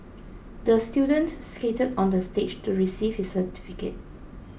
the student skated onto the stage to receive his certificate